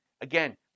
Again